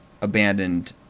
abandoned